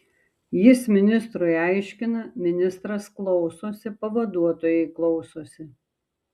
jis ministrui aiškina ministras klausosi pavaduotojai klausosi